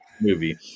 movie